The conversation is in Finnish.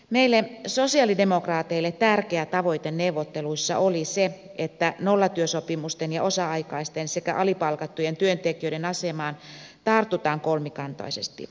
meille sosialidemokraateille tärkeä tavoite neuvotteluissa oli se että nollatyösopimusten ja osa aikaisten sekä alipalkattujen työntekijöiden asemaan tartutaan kolmikantaisesti